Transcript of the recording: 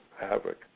havoc